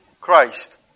Christ